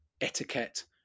etiquette